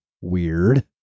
Weird